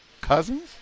cousins